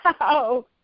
Wow